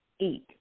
eat